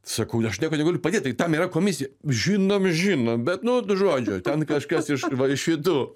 sakau aš nieko negaliu padėt taigi tam yra komisija žinom žinom bet nu žodžiu ten kažkas iš va iš šitų